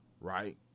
right